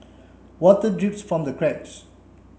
water drips from the cracks